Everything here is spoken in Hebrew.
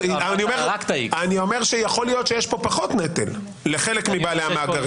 אני אומר אני אומר שיש פה פחות נטל לחלק מבעלי המאגרים.